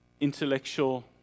Intellectual